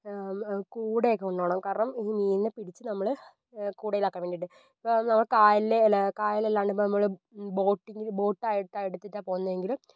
കൂടയൊക്കെ കൊണ്ടുപോകണം കാരണം ഈ മീനിനെ പിടിച്ച് നമ്മൾ കൂടയിലാക്കാൻ വേണ്ടിയിട്ട് ഇപ്പോൾ നമ്മൾ കായലിലെ അല്ല കായലിൽ അല്ലാണ്ട് നമ്മൾ ബോട്ടിങ്ങിന് ബോട്ടായിട്ട് എടുത്തിട്ട് പോകുന്നത് എങ്കിൽ